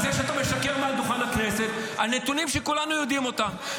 על זה שאתה משקר מעל דוכן הכנסת על נתונים שכולנו יודעים אותם.